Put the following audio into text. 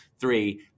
three